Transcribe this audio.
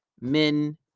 men